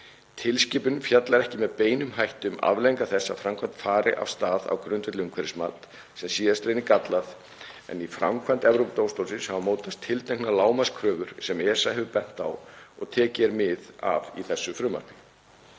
Tilskipunin fjallar ekki með beinum hætti um afleiðingar þess að framkvæmd fari af stað á grundvelli umhverfismats sem síðar reynist gallað en í framkvæmd Evrópudómstólsins hafa mótast tilteknar lágmarkskröfur sem ESA hefur bent á og tekið er mið af í þessu frumvarpi.